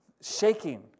shaking